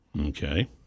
Okay